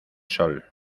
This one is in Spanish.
sol